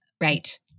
right